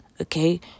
okay